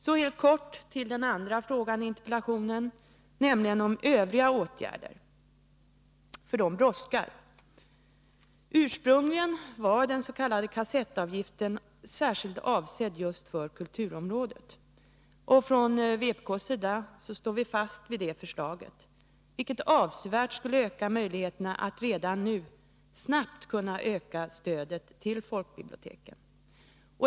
Så helt kort till den andra frågan i interpellationen, nämligen den om övriga åtgärder. Det brådskar! Ursprungligen var den s.k. kassettavgiften särskilt avsedd just för kulturområdet. Från vpk:s sida står vi fast vid det förslaget, vilket avsevärt skulle förbättra möjligheterna att redan nu snabbt öka stödet till folkbiblioteken.